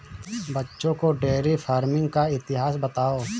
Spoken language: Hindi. बच्चों को डेयरी फार्मिंग का इतिहास बताओ